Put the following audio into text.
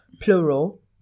Plural